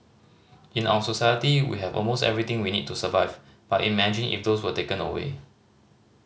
in our society we have almost everything we need to survive but imagine if those were taken away